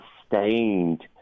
sustained